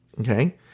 okay